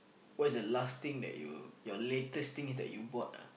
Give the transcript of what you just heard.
what's the last thing that you your latest thing that you bought ah